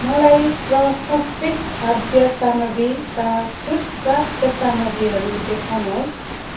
मलाई प्रसंस्कृत खाद्य साम्ग्रीका छुट प्राप्त सामाग्रीहरू देखाउनुहोस्